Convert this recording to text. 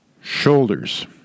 shoulders